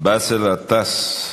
באסל גטאס.